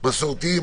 מסורתיים,